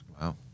Wow